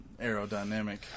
aerodynamic